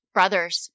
Brothers